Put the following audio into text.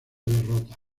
derrotas